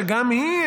שגם היא,